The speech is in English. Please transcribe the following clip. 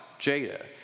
jada